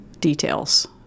details